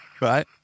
Right